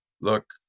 Look